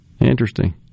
Interesting